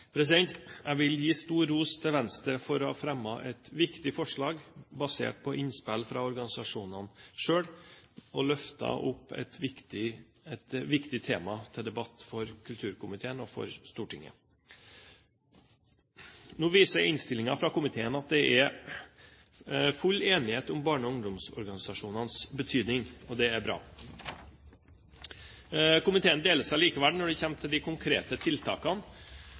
Jeg vil gi stor ros til Venstre for å ha fremmet et viktig forslag basert på innspill fra organisasjonene selv og for å ha løftet opp et viktig tema til debatt for kulturkomiteen og for Stortinget. Innstillingen fra komiteen viser at det er full enighet om barne- og ungdomsorganisasjonenes betydning – og det er bra. Komiteen deler seg likevel når det kommer til de konkrete tiltakene,